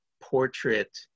portrait